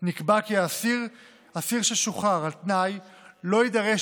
נקבע כי אסיר ששוחרר על תנאי לא יידרש